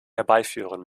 herbeiführen